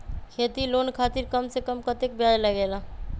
खेती लोन खातीर कम से कम कतेक ब्याज लगेला?